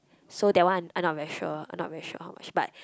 so that one I'm not very sure I'm not very sure how much but